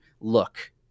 look